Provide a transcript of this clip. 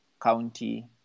County